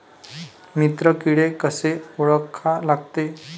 मित्र किडे कशे ओळखा लागते?